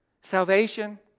Salvation